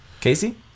Casey